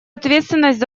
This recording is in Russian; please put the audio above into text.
ответственность